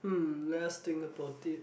hmm let us think about it